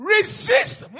Resist